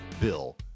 bill